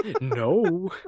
no